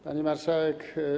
Pani Marszałek!